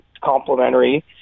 complementary